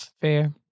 Fair